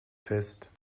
fest